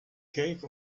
kelch